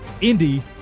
Indy